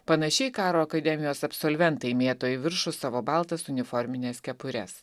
panašiai karo akademijos absolventai mėto į viršų savo baltas uniformines kepures